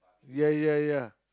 ya ya ya